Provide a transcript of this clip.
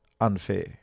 unfair